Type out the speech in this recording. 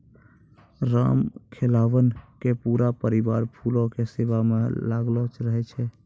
रामखेलावन के पूरा परिवार फूलो के सेवा म लागलो रहै छै